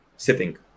sitting